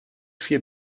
viel